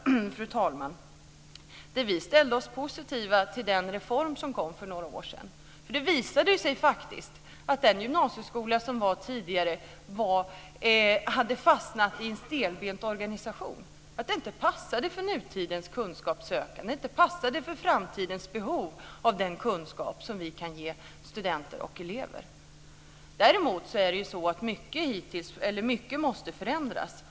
Vi ställde oss positiva till den reform som kom för några år sedan. Det visade sig att den gymnasieskola som var tidigare hade fastnat i en stelbent organisation. Den passade inte för nutidens kunskapssökande och framtidens behov av den kunskap vi kan ge studenter och elever. Mycket måste förändras.